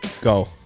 Go